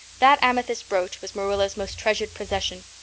that amethyst brooch was marilla's most treasured possession.